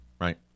right